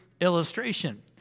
illustration